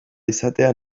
izatea